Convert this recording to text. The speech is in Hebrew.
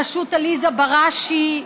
בראשות עליזה בראשי,